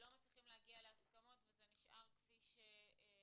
לא מצליחים להגיע להסכמות וזה נשאר כפי שקראנו